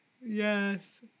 Yes